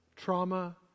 trauma